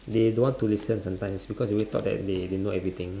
they don't want to listen sometimes because they alwa~ thought that they they know everything